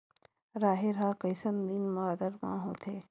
राहेर ह कइसन दिन बादर म होथे?